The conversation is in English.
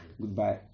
Goodbye